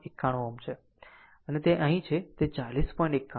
91 છે અને અહીં તે અહીં છે તે 40